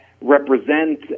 represent